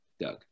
Doug